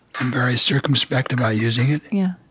am very circumspect about using it yeah.